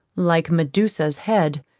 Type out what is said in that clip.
like medusa's head,